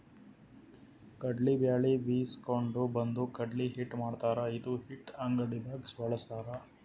ಕಡ್ಲಿ ಬ್ಯಾಳಿ ಬೀಸ್ಕೊಂಡು ಬಂದು ಕಡ್ಲಿ ಹಿಟ್ಟ್ ಮಾಡ್ತಾರ್ ಇದು ಹಿಟ್ಟ್ ಅಡಗಿದಾಗ್ ಬಳಸ್ತಾರ್